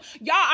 Y'all